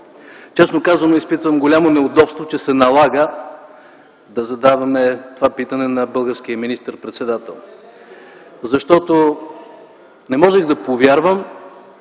Честно казано изпитвам голямо неудобство, че се налага да задаваме това питане на българския министър-председател. Защото не можех да повярвам